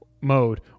mode